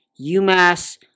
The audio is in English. UMass